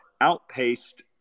outpaced